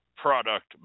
Product